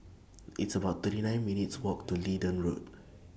It's about thirty nine minutes' Walk to Leedon Road